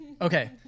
Okay